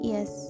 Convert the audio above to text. Yes